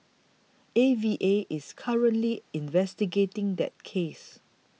A V A is currently investigating that case